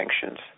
sanctions